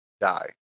die